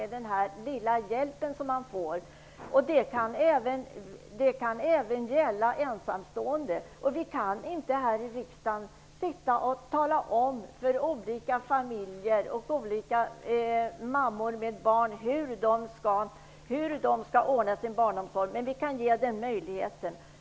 Denna möjlighet har alltså även ensamstående. Vi kan inte här i riksdagen tala om hur olika familjer och olika mammor med barn skall ordna sin barnomsorg, men vi kan ge den här möjligheten.